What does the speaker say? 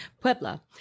Puebla